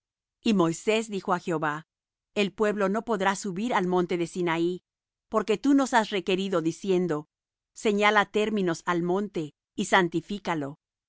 y moisés dijo á jehová el pueblo no podrá subir al monte de sinaí porque tú nos has requerido diciendo señala términos al monte y santifícalo